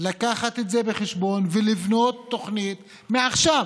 להביא את זה בחשבון ולבנות תוכנית מעכשיו,